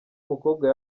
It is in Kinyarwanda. umukobwa